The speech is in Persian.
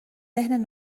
ذهن